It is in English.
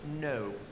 no